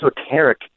esoteric